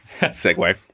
Segue